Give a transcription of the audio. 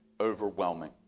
overwhelming